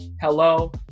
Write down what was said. hello